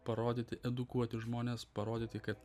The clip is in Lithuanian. parodyti edukuoti žmones parodyti kad